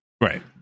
Right